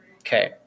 Okay